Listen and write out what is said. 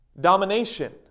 domination